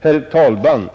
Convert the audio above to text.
Herr talman!